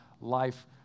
life